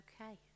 okay